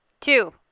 Two